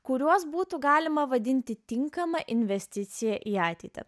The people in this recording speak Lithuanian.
kuriuos būtų galima vadinti tinkama investicija į ateitį